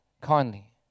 kindly